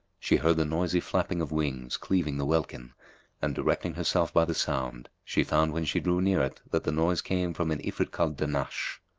she heard the noisy flapping of wings cleaving the welkin and, directing herself by the sound, she found when she drew near it that the noise came from an ifrit called dahnash.